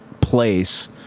place